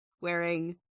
wearing